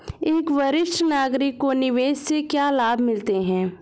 एक वरिष्ठ नागरिक को निवेश से क्या लाभ मिलते हैं?